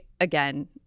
again –